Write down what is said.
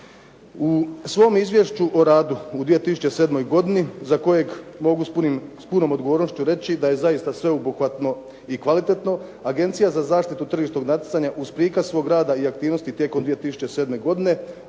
U svom izvješću o radu u 2007. godini za kojeg mogu s punom odgovornošću reći da je zaista sveobuhvatno i kvalitetno, Agencija za zaštitu tržišnog natjecanja uz prikaz svog rada i aktivnosti tijekom 2007. godine